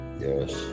Yes